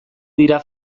dira